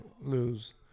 lose